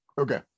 okay